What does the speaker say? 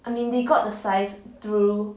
I mean they got the size through